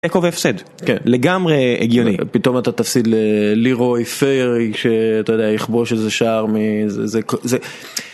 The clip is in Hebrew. הפסד, לגמרי הגיוני. פתאום אתה תפסיד ללירוי פיירי, שאתה יודע, יכבוש איזה שער מזה